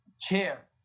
chair